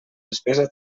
despesa